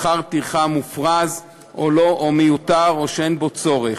שכר טרחה מופרז או מיותר או שאין בו צורך.